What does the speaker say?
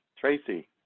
Tracy